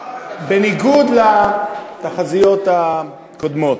בניגוד לתחזיות הקודמות.